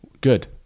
Good